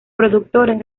productores